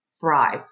thrive